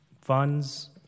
funds